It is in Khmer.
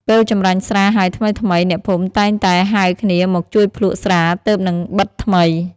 ពេលចម្រាញ់ស្រាហើយថ្មីៗ អ្នកភូមិតែងតែហៅគ្នាមកជួយភ្លក្សស្រាទើបនឹងបិតថ្មី។